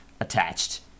attached